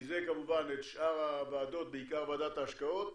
מזה כמובן את שאר הוועדות, בעיקר ועדת ההשקעות,